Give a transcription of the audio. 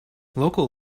local